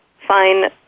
fine